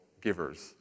givers